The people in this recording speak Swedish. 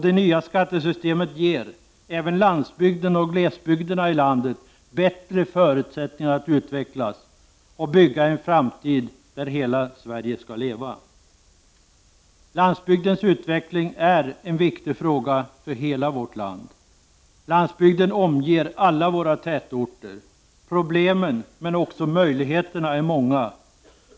Det nya skattesystemet ger även landsbygden och glesbygderna i landet bättre förutsättningar att utvecklas och bygga en framtid där hela Sverige skall leva. Landsbygdens utveckling är en viktig fråga för hela vårt land. Landsbygden omger alla våra tätorter. Problemen men också möjligheterna är många.